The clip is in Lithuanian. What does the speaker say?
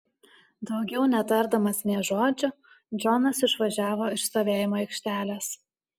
daugiau netardamas nė žodžio džonas išvažiavo iš stovėjimo aikštelės